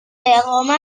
اقامت